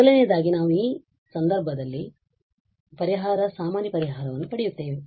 ಮೊದಲನೆಯದಾಗಿ ನಾವು ಆ ಅರ್ಥದಲ್ಲಿ ಪರಿಹಾರ ಸಾಮಾನ್ಯ ಪರಿಹಾರವನ್ನು ಪಡೆಯುತ್ತೇವೆ